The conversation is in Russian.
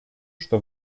что